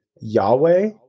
Yahweh